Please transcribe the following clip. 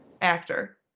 Actor